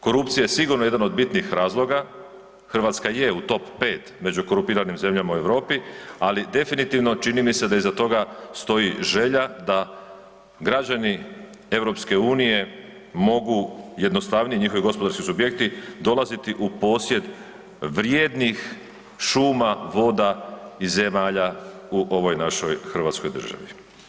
Korupcija je sigurno jedan od bitnih razloga, Hrvatska je u top 5 među korumpiranih zemljama u Europi, ali definitivno, čini mi se da iza toga stoji želja da građani EU mogu jednostavnije, njihovi gospodarski subjekti dolaziti u posjed vrijednih šuma, voda i zemalja u ovoj našoj hrvatskoj državi.